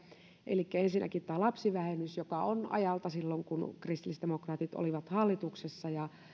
elikkä ensinnäkin lapsivähennys joka on siltä ajalta kun kristillisdemokraatit olivat hallituksessa